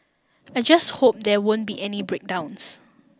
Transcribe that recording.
I just hope there won't be any breakdowns